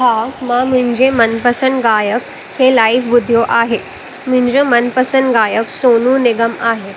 हा मां मुंहिंजे मनपसंदि गायक खे लाइव ॿुधियो आहे मुंहिंजो मनपसंदि गायक सोनू निगम आहे